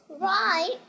right